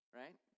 right